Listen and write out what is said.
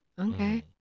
Okay